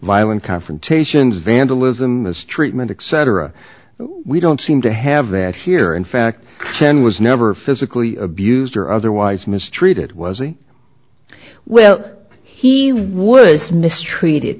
violent confrontations vandalism this treatment accent or a we don't seem to have that here in fact ken was never physically abused or otherwise mistreated was he well he would mistreated